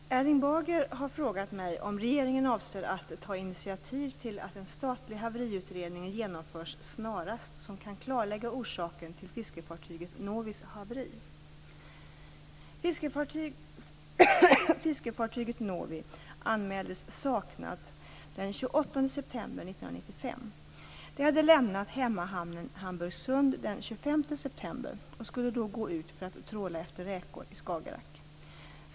Fru talman! Erling Bager har frågat mig om regeringen avser att ta initiativ till att en statlig haveriutredning genomförs snarast som kan klarlägga orsaken till fiskefartyget Novis haveri. Fiskefartyget Novi anmäldes saknat den 28 september 1995. Det hade lämnat hemmahamnen Hamburgsund den 25 september och skulle då gå ut för att tråla efter räkor i Skagerrak.